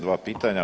Dva pitanja.